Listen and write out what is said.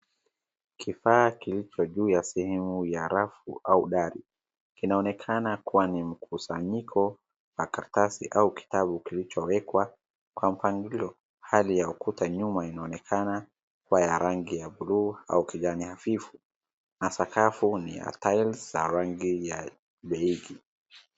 Kifaa kilicho juu ya sehemu ya rafu au dari, kinaonekana kuwa ni mkusanyiko wa karatasi au kitabu kilicho wekwa kwa mpangilio, hali ya ukuta nyuma inaonekana kuwa ya rangi buluu au kijani hafifu na sakafu ni ya tiles ya rangi ya beigi